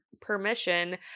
permission